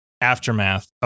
aftermath